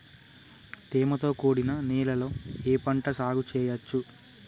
తేమతో కూడిన నేలలో ఏ పంట సాగు చేయచ్చు?